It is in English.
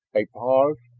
a pause,